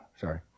Sorry